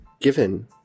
given